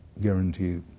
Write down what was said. guarantee